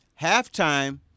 Halftime